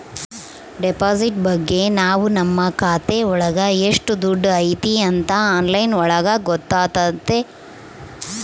deposit ಬಗ್ಗೆ ನಾವ್ ನಮ್ ಖಾತೆ ಒಳಗ ಎಷ್ಟ್ ದುಡ್ಡು ಐತಿ ಅಂತ ಆನ್ಲೈನ್ ಒಳಗ ಗೊತ್ತಾತತೆ